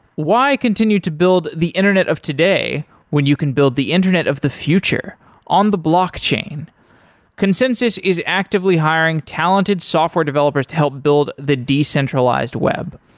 why continue to build the internet of today when you can build the internet of the future on the blockchain. consensys is actively hiring talented software developers to help build the decentralized web.